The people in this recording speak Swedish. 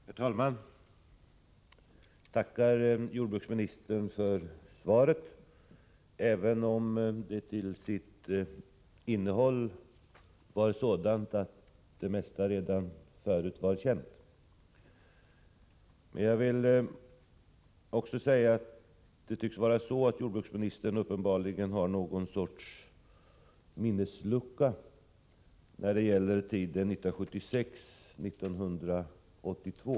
Herr talman! Jag tackar jordbruksministern för svaret, även om det till sitt innehåll var sådant att det mesta redan var känt. Men jordbruksministern har uppenbarligen något slags minneslucka när det gäller tiden 1976-1982.